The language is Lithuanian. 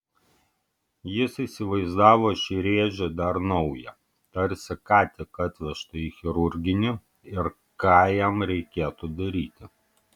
jis įsivaizdavo šį rėžį dar naują tarsi ką tik atvežtą į chirurginį ir ką jam reikėtų daryti